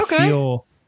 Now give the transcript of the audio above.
Okay